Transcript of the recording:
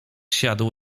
siadł